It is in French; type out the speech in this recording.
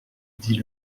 dit